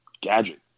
gadget